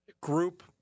group